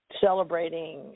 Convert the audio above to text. celebrating